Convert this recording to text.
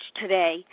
today